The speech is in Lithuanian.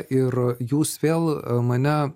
ir jūs vėl mane